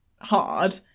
hard